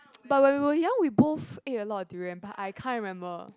but when we were young we both ate a lot durian but I can't remember